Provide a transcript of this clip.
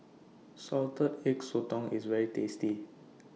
Salted Egg Sotong IS very tasty